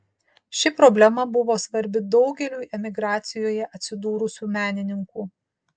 ši problema buvo svarbi daugeliui emigracijoje atsidūrusių menininkų